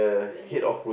the head